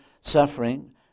suffering